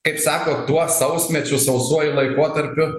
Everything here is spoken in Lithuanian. kaip sako tuo sausmečiu sausuoju laikotarpiu